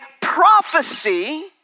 prophecy